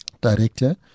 director